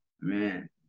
man